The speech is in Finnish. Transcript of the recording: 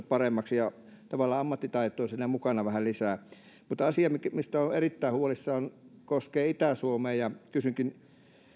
paremmaksi ja tavallaan ammattitaitoa siinä mukana vähän lisää mutta asia mistä olen erittäin huolissani koskee itä suomea ja kysynkin